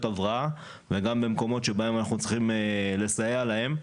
הבראה וגם במקומות שבהם אנחנו צריכים לסייע להן,